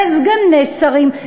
וסגני שרים,